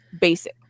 basic